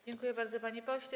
Dziękuję bardzo, panie pośle.